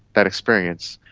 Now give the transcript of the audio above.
that experience,